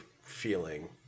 feeling